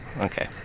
Okay